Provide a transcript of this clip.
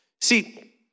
See